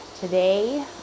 today